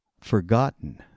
forgotten